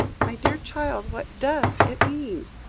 my dear child, what does it mean?